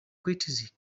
critics